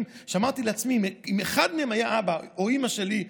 שאמרתי לעצמי: אם אחד מהם היה אבא או אימא שלי,